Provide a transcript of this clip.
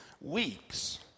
weeks